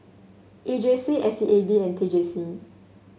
E J C S A B and T J C